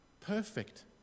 Perfect